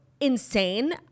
insane